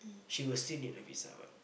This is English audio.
she will still need a visa what